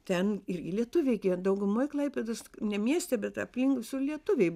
ten ir lietuviai dauguma klaipėdos ne mieste bet aplink visur lietuviai